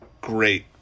great